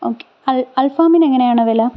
okay അൽഫാമിനെങ്ങനെയാണ് വില